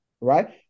right